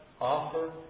offer